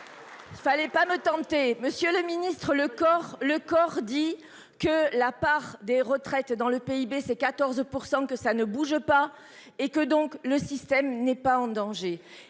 Voilà. Fallait pas me tenter, Monsieur le Ministre, le corps le corps dit que la part des retraites dans le PIB, c'est 14% que ça ne bouge pas et que donc le système n'est pas en danger.